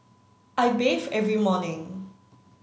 I bathe every morning